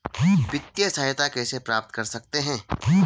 वित्तिय सहायता कैसे प्राप्त कर सकते हैं?